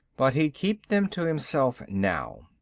but he'd keep them to himself now.